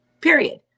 Period